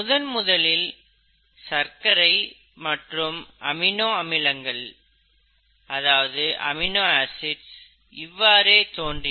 முதன் முதலில் சர்க்கரை மற்றும் அமினோ அமிலங்கள் இவ்வாறே தோன்றின